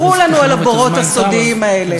ספרו לנו על הבורות הסודיים האלה,